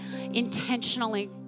intentionally